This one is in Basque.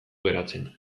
geratzen